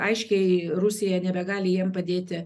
aiškiai rusija nebegali jiem padėti